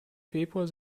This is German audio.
februar